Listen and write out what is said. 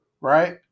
right